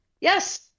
yes